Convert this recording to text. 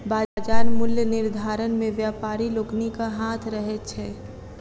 बाजार मूल्य निर्धारण मे व्यापारी लोकनिक हाथ रहैत छै